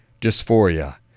dysphoria